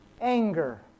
Anger